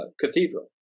Cathedral